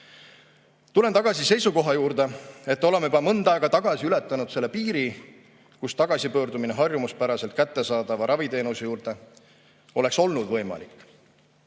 Tulen tagasi seisukoha juurde, et oleme juba mõnda aega tagasi ületanud selle piiri, kus tagasipöördumine harjumuspäraselt kättesaadava raviteenuse juurde oleks olnud võimalik.